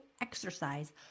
exercise